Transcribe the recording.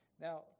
Now